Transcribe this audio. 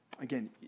Again